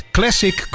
Classic